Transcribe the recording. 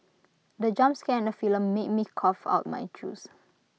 the jump scare in the made me cough out my juice